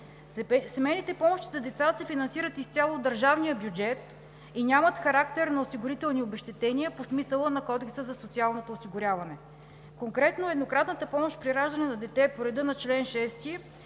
Семейните помощи за деца се финансират изцяло от държавния бюджет и нямат характер на осигурителни обезщетения по смисъла на Кодекса за социалното осигуряване. Конкретно, еднократната помощ при раждане на дете по реда на чл. 6